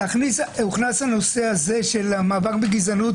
הוכנס הנושא הזה של המאבק בגזענות